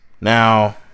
Now